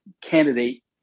candidate